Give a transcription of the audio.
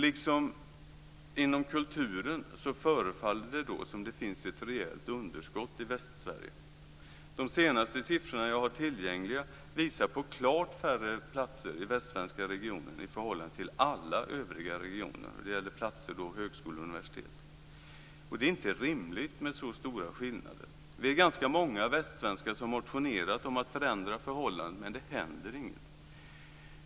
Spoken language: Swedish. Liksom inom kulturen förefaller det då som om det finns ett rejält underskott i De senaste siffrorna som jag har tillgängliga visar på klart färre platser i västsvenska regioner i förhållande till alla övriga regioner. Det gäller platser på högskolor och universitet. Och det är inte rimligt med så stora skillnader. Vi är ganska många västsvenskar som motionerat om att förändra föhållandet, men det händer inget.